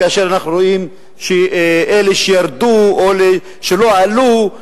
כאשר אנחנו רואים שאלה שלא עלו,